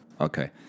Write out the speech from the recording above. Okay